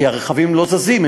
כי הרכבים לא זזים,